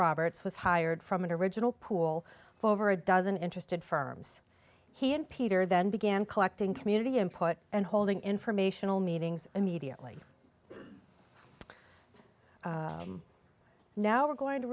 roberts was hired from an original pool for over a dozen interested firms he and peter then began collecting community input and holding informational meetings immediately now we're going to